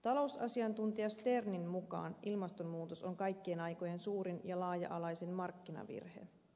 talousasiantuntija sternin mukaan ilmastonmuutos on kaikkien aikojen suurin ja laaja alaisin markkinavirhe